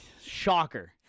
shocker